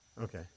okay